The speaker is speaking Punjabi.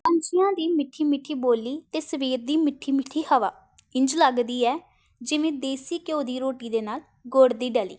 ਪੰਛੀਆਂ ਦੀ ਮਿੱਠੀ ਮਿੱਠੀ ਬੋਲੀ ਅਤੇ ਸਵੇਰ ਦੀ ਮਿੱਠੀ ਮਿੱਠੀ ਹਵਾ ਇੰਝ ਲੱਗਦੀ ਹੈ ਜਿਵੇਂ ਦੇਸੀ ਘਿਓ ਦੀ ਰੋਟੀ ਦੇ ਨਾਲ ਗੁੜ ਦੀ ਡਲੀ